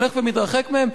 הולך ומתרחק מהם,